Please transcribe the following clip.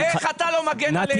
איך אתה לא מגן עלינו?